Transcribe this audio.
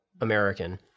American